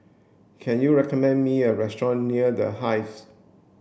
can you recommend me a restaurant near The Hive